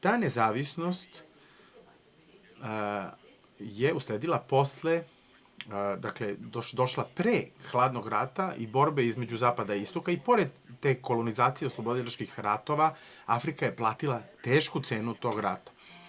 Ta nezavisnost je usledila posle, dakle, došla pre hladnog rata i borbe između zapada i istoka i pored te kolonizacije, oslobodilačkih ratova Afrika je platila tešku cenu tog rata.